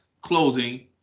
clothing